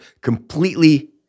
completely